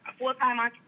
full-time